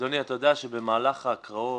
אדוני, אתה יודע שבמהלך ההקראות